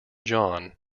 john